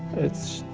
it's,